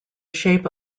shape